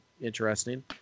interesting